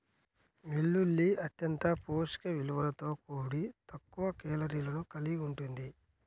వెల్లుల్లి అత్యంత పోషక విలువలతో కూడి తక్కువ కేలరీలను కలిగి ఉంటుంది